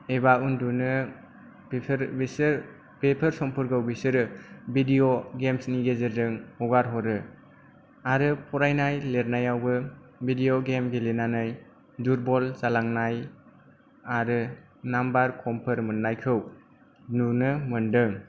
एबा उन्दुनो बेसोर बेफोर समफोरखौ बिसोरो भिडिअ गेम्स नि गेजेरजों हगार हरो आरो फरायनाय लिरनायावबो भिडिअ गेम गेलेनानै दुर्बल जालांनाय आरो नाम्बार खमफोर मोन्नायखौ नुनो मोनदों